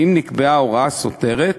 ואם נקבעה הוראה סותרת,